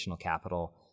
capital